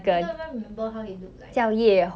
I don't even remember how he look like